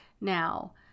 Now